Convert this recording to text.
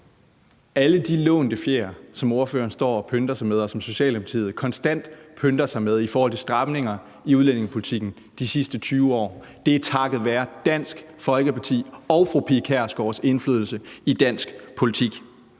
Alle de lånte fjer, som ordføreren står og pynter sig med, og som Socialdemokratiet konstant pynter sig med i forhold til stramninger i udlændingepolitikken de sidste 20 år, er takket være Dansk Folkeparti og fru Pia Kjærsgaards indflydelse i dansk politik.